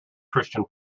christian